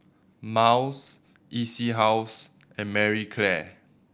Miles E C House and Marie Claire